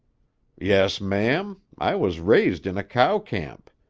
yes, ma'am. i was raised in a cow-camp.